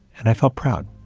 and i felt proud.